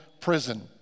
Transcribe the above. prison